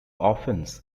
offense